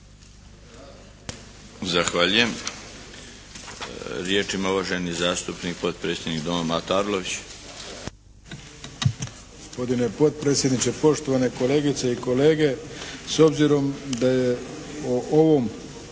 Zahvaljujem. Riječ ima uvaženi zastupnik, potpredsjednik Doma Mato Arlović.